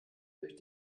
durch